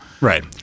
Right